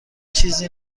چیزی